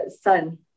son